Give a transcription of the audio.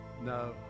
no